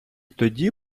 тоді